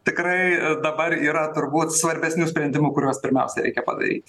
tikrai dabar yra turbūt svarbesnių sprendimų kuriuos pirmiausia reikia padaryt